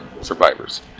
survivors